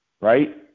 right